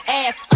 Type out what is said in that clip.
ass